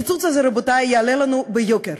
הקיצוץ הזה, רבותי, יעלה לנו ביוקר.